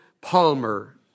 Palmer